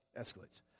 Escalates